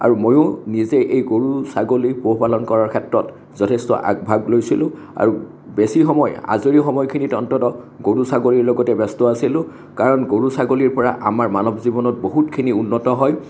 আৰু মইয়ো নিজেই এই গৰু ছাগলীৰ পোহ পালন কৰাৰ ক্ষেত্ৰত যথেষ্ট আগ ভাগ লৈছিলো আৰু বেছি সময় আজৰি সময়খিনিত অন্ততঃ গৰু ছাগলীৰ লগতে ব্যস্ত আছিলোঁ কাৰণ গৰু ছাগলীৰ পৰা আমাৰ মানৱ জীৱনত বহুতখিনি উন্নত হয়